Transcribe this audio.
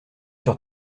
sur